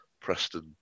Preston